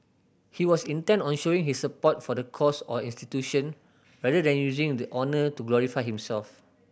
he was intent on showing his support for the cause or institution rather than using the honour to glorify himself